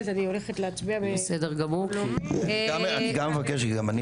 כלומר, יכול להיות ששלטי